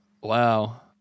wow